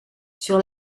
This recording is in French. sur